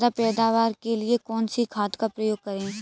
ज्यादा पैदावार के लिए कौन सी खाद का प्रयोग करें?